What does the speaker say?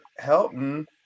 Helton